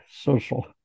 social